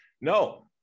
No